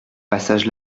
passage